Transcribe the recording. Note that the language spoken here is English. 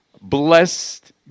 blessed